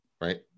right